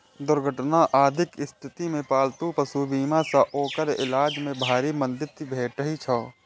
दुर्घटना आदिक स्थिति मे पालतू पशु बीमा सं ओकर इलाज मे भारी मदति भेटै छै